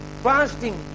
fasting